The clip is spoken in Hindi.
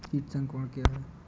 कीट संक्रमण क्या है?